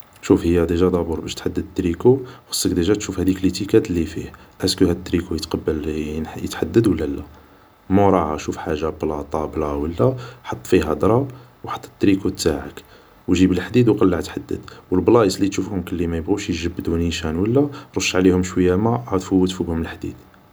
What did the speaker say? شوف هي ديجا دابور باش تحدد تريكو تشوف لي تيكات لي فيه اسكو هاد تريكو يتقبل يتحدد ولا لا، موراها شوف حاجة بلا ولا طابلة حط فيها درا وحط تريكو تاعك وجيب الحديد وقلع تحدد والبلايص لي تشوفهم كلي مابغاوش يتجبدو نيشان رش عليهم شوية ماء عاود فوت عليهم الحديد